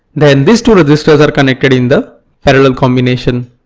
then these two resistors are connected in the parallel combination.